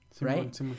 Right